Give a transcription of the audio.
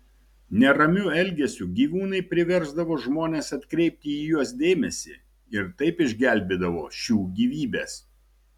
neramiu elgesiu gyvūnai priversdavo žmones atkreipti į juos dėmesį ir taip išgelbėdavo šių gyvybes